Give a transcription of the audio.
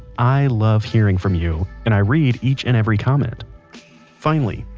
i love hearing from you, and i read each and every comment finally,